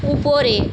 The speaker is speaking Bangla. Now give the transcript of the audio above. উপরে